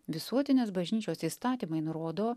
visuotinės bažnyčios įstatymai nurodo